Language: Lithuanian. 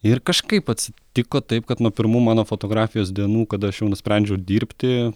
ir kažkaip atsitiko taip kad nuo pirmų mano fotografijos dienų kada aš jau nusprendžiau dirbti